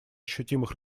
ощутимых